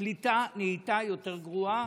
הקליטה נהייתה יותר גרועה.